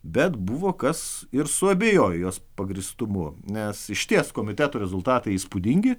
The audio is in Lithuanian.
bet buvo kas ir suabejojo jos pagrįstumu nes išties komitetų rezultatai įspūdingi